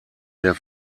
der